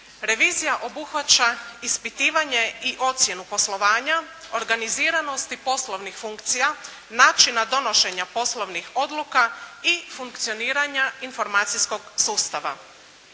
Revizija obuhvaća ispitivanje i ocjenu poslovanja, organiziranosti poslovnih funkcija, načina donošenja poslovnih odluka i funkcioniranja informacijskog sustava.